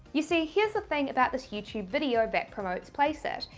you see, here's the thing about this youtube video that promotes placeit.